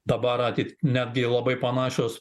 dabar a tik netgi labai panašios